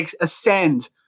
ascend